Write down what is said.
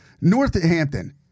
Northampton